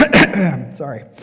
sorry